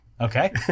Okay